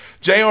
JR